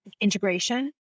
integration